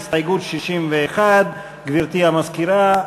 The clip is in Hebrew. הסתייגות 61. גברתי המזכירה,